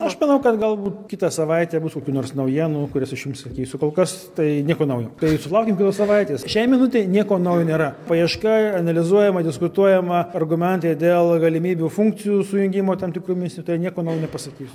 aš manau kad galbūt kitą savaitę bus kokių nors naujienų kurias aš jums sakysiu kol kas tai nieko naujo kai sulaukiam kitos savaitės šiai minutei nieko naujo nėra paieška yra analizuojama diskutuojama argumentai dėl galimybių funkcijų sujungimo tam tikromis tai nieko naujo nepasakysiu